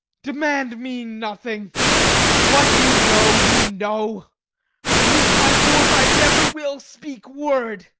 demand me nothing what you know, you know from this time forth i never will speak word.